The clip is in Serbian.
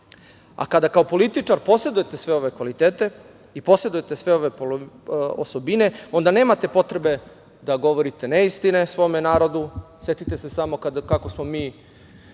a kada kao političar posedujete sve ove kvalitete i posedujete sve ove osobine, onda nemate potrebe da govorite neistine svome narodu. Setite se samo kako smo mi